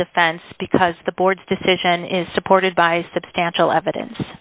defense because the board's decision is supported by substantial evidence